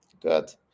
Good